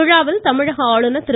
விழாவில் தமிழக ஆளுநர் திரு